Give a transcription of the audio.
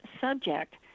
subject